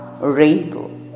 rainbow